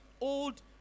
old